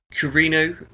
Carino